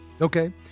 Okay